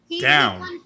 down